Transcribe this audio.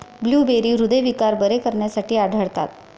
blueberry हृदयविकार बरे करण्यासाठी आढळतात